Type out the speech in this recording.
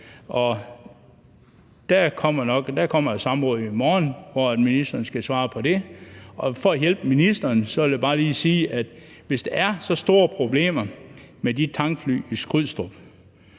Der kommer et samråd i morgen, hvor ministeren skal svare på det. Og for at hjælpe ministeren vil jeg bare lige sige, at hvis der er så store problemer med de tankfly i Skrydstrup,